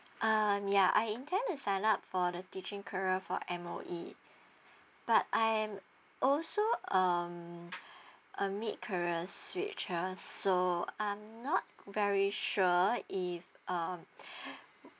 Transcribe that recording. uh ya I intend to sign up for the teaching career for M_O_E but I'm also um a mid career switcher so I'm not very sure if um